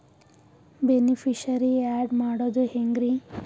Beneficiary, add ಮಾಡೋದು ಹೆಂಗ್ರಿ?